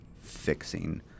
fixing